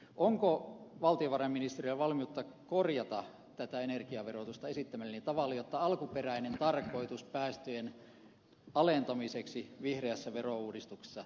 onko valtiovarainministeriöllä valmiutta korjata tätä energiaverotusta esittämälläni tavalla jotta alkuperäinen tarkoitus päästöjen alentamiseksi vihreässä verouudistuksessa toteutuisi